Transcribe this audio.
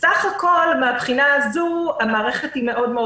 בסך הכול מן הבחינה הזו המערכת מאוד מאוד